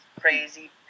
crazy